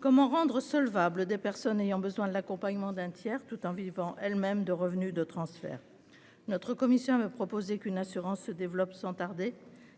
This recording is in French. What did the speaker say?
Comment rendre solvables des personnes ayant besoin de l'accompagnement d'un tiers, tout en vivant elles-mêmes de revenus de transfert ? Notre commission avait proposé qu'une assurance se développe sans tarder,